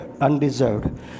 Undeserved